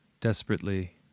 Desperately